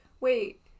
Wait